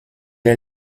est